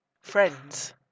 Friends